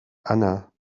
anna